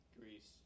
Greece